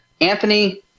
Anthony